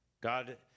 God